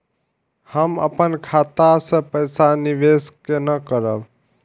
हम अपन खाता से पैसा निवेश केना करब?